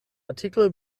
artikel